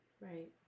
Right